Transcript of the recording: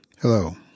Hello